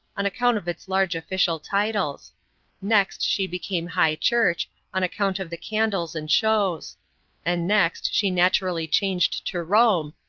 on account of its large official titles next she became high-church on account of the candles and shows and next she naturally changed to rome,